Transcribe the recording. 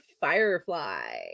Firefly